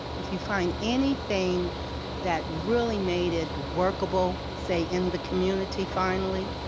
if you find anything that really made it workable, say in the community finally,